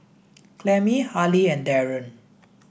Clemmie Halie and Darryn